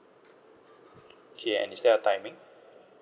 okay and is there a timing